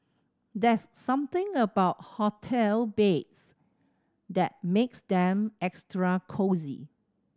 that's something about hotel beds that makes them extra cosy